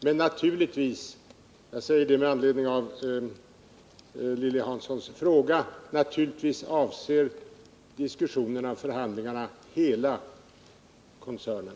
Men naturligtvis — jag säger detta med anledning av Lilly Hanssons senaste fråga — avser förhandlingarna hela koncernen.